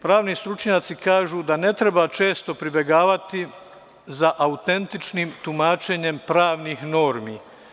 Pravni stručnjaci kažu da ne treba često pribegavati za autentičnim tumačenjem pravnih normi.